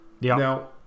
Now